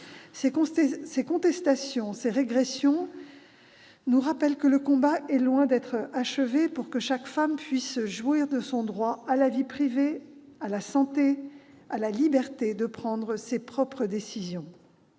Ces contestations, ces régressions nous rappellent que le combat est loin d'être achevé pour que chaque femme puisse jouir de son droit à la vie privée, à la santé, à la liberté de prendre ses propres décisions.